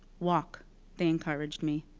walk they encouraged me.